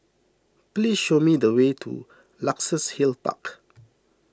please show me the way to Luxus Hill Park